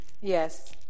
yes